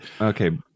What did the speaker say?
okay